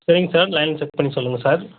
சரிங்க சார் லைனை செக் பண்ணி சொல்லுங்கள் சார்